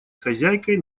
хозяйкой